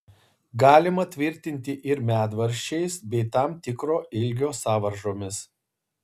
galima tvirtinti ir medvaržčiais bei tam tikro ilgio sąvaržomis